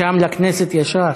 משם לכנסת, ישר.